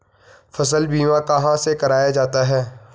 फसल बीमा कहाँ से कराया जाता है?